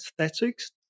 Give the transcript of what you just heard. aesthetics